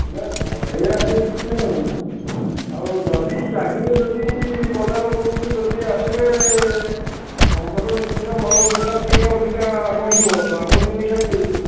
ନାଇଁ ବଢ଼େଇବା ଠେଇଁ କିଛି ନାହିଁ ଆଉ ଯଦି ଚାହିଁବେ ଯଦି ବଜାର ଉପରକୁ ଯଦି ଆସିଲେ ଆପଣଙ୍କର ନିଶ୍ଚିନ୍ତ ଭଲ ବେପାର ଟିକେ ଅଧିକା ବଢ଼ିବ ଲାଭ ଦୁଇ ପଇସା ପାଇବେ